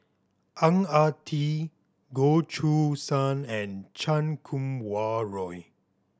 Ang Ah Tee Goh Choo San and Chan Kum Wah Roy